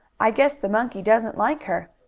i guess the monkey doesn't like her.